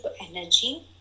energy